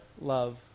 love